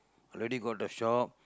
already got the shop